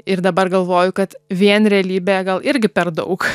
ir dabar galvoju kad vien realybė gal irgi per daug